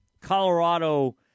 Colorado